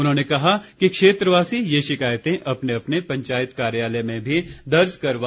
उन्होंने कहा कि क्षेत्रवासी ये शिकायतें अपने अपने पंचायत कार्यालय में दर्ज करवा सकते हैं